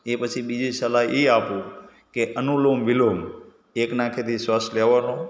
એ પછી બીજી સલાહ એ આપું કે અનુલોમ વિલોમ એક નાકેથી શ્વાસ લેવાનો